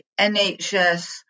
NHS